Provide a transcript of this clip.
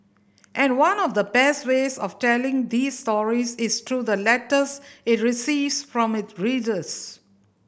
and one of the best ways of telling these stories is through the letters it receives from it readers